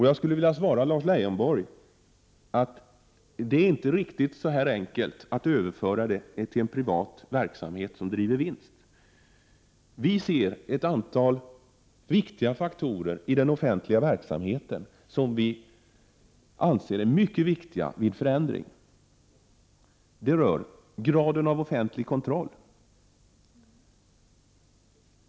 Jag skulle vilja svara Lars Leijonborg att lösningen inte är så enkel som att bara överföra verksamheten till någon som driver den med vinst. Vi ser ett antal viktiga faktorer i den offentliga verksamheten som vi anser mycket viktiga att ta hänsyn till vid förändrad verksamhet. Det handlar om graden av offentlig kontroll.